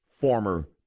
Former